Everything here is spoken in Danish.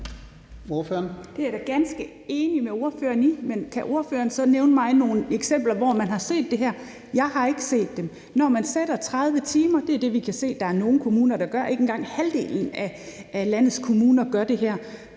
Det er jeg da ganske enig med ordføreren i, men kan ordføreren så nævne nogle eksempler på steder, hvor man har set det her? Jeg har ikke set dem. Når man fastsætter det til at være 30 timer, og det er det, vi kan se at der er nogle kommuner der gør – ikke engang halvdelen af landets kommuner gør det her